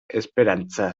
esperantza